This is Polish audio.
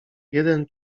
jeden